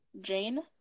Jane